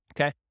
okay